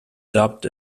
dubbed